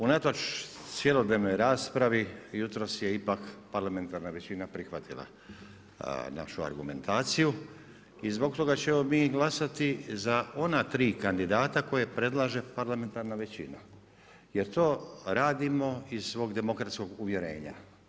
Unatoč cjelodnevnoj raspravi, jutros je ipak parlamentarna većina prihvatila našu argumentaciju i zbog toga ćemo mi glasati za ona tri kandidata koje predlaže parlamentarna većina jer to radimo iz svog demokratskog uvjerenja.